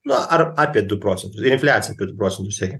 nu ar apie du procentus ir infliacija apie du procentus siekia